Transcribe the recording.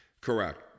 Correct